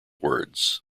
words